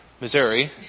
Missouri